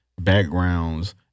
backgrounds